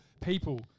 People